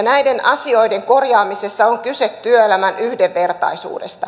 näiden asioiden korjaamisessa on kyse työelämän yhdenvertaisuudesta